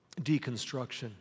deconstruction